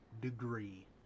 degree